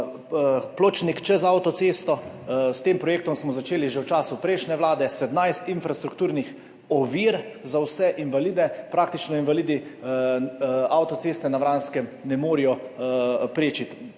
Pločnik čez avtocesto, s tem projektom smo začeli že v času prejšnje vlade. 17 infrastrukturnih ovir za vse invalide, praktično invalidi avtoceste na Vranskem ne morejo prečiti.